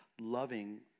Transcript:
loving